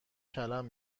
کلم